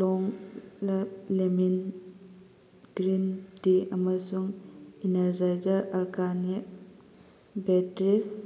ꯂꯣꯡ leaf lemon green tea ꯑꯃꯁꯨꯡ energizer ꯑꯜꯀꯥꯅꯤꯛ batteries